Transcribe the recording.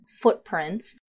footprints